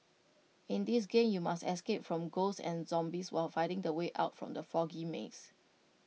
in this game you must escape from ghosts and zombies while finding the way out from the foggy maze